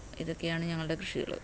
ഇതൊക്കെയാണ് ഞങ്ങളുടെ കൃഷികൾ